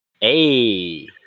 Hey